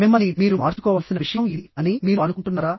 మిమ్మల్ని మీరు మార్చుకోవాల్సిన విషయం ఇది అని మీరు అనుకుంటున్నారా